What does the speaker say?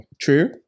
True